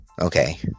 Okay